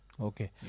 Okay